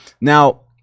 Now